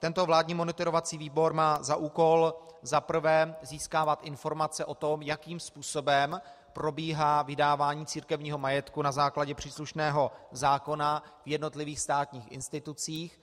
Tento vládní monitorovací výbor má za úkol za prvé získávat informace o tom, jakým způsobem probíhá vydávání církevního majetku na základě příslušného zákona v jednotlivých státních institucích.